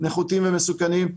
הם נחותים ומסוכנים.